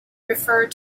refer